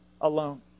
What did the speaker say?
alone